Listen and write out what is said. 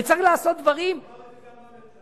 הוא אמר את זה גם בממשלה.